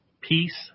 peace